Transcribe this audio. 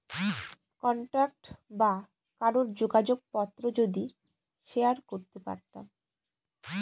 contact বা কারোর যোগাযোগ পত্র যদি শেয়ার করতে পারতাম